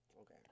Okay